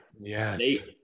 Yes